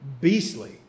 beastly